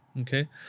Okay